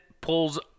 pulls